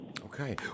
Okay